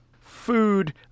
food